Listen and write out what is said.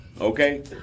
okay